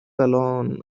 alone